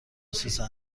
سوسن